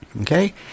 Okay